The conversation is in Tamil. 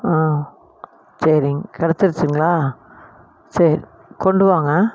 ஆ சரிங்க கிடச்சிருச்சுங்களா சரி கொண்டு வாங்க